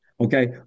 Okay